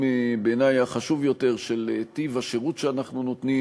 אבל נוסף על זה נמשיך ונפעל בנחישות כדי שהצעה כזאת תגיע הנה לכנסת,